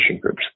groups